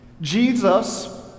Jesus